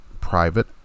private